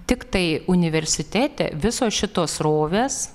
tiktai universitete visos šitos srovės